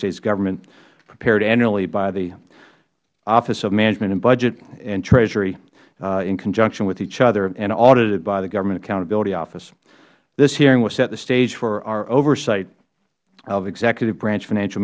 states government prepared annually by the office of management and budget and treasury in conjunction with each other and audited by the government accountability office this hearing will set the stage for our oversight of executive branch financial